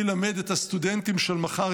מי ילמד את הסטודנטים של מחר,